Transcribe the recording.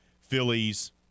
Phillies